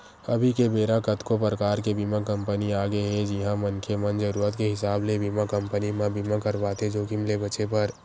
अभी के बेरा कतको परकार के बीमा कंपनी आगे हे जिहां मनखे मन जरुरत के हिसाब ले बीमा कंपनी म बीमा करवाथे जोखिम ले बचें बर